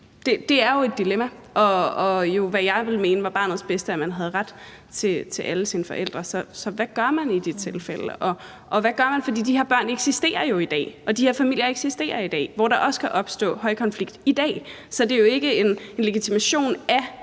Det er jo et dilemma, og jeg ville mene, at det var til barnets bedste at have ret til alle sine forældre. Så hvad gør man i de tilfælde? Hvad gør man, for de her børn eksisterer jo i dag, de her familier eksisterer i dag, altså hvor der også i dag kan opstå højkonflikt? Så det handler jo ikke om en legitimation af